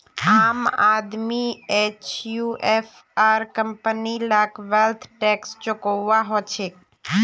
आम आदमी एचयूएफ आर कंपनी लाक वैल्थ टैक्स चुकौव्वा हछेक